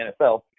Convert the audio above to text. NFL